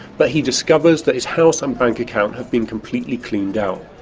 but he discovers that his house and bank account have been completely cleaned out.